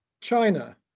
China